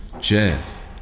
Jeff